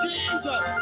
Jesus